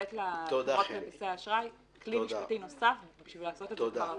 לתת לחברות כרטיסי האשראי כלי משפטי נוסף בשביל לעשות את זה כבר עכשיו.